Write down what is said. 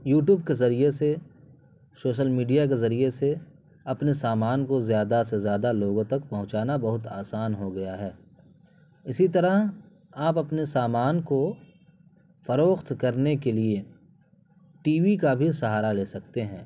YouTube کے ذریعے سے شوشل میڈیا کے ذریعے سے اپنے سامان کو زیادہ سے زیادہ لوگوں تک پہنچانا بہت آسان ہو گیا ہے اسی طرح آپ اپنے سامان کو فروخت کرنے کے لیے ٹی وی کا بھی سہارا لے سکتے ہیں